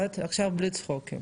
ביחד, עכשיו בלי צחוקים.